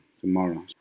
tomorrow